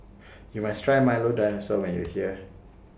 YOU must Try Milo Dinosaur when YOU here